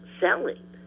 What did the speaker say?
selling